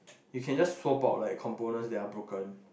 you can just swap out like components that are broken